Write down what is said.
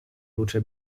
luce